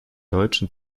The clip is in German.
deutschen